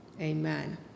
Amen